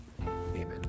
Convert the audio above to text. amen